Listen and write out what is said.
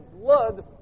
blood